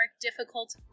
difficult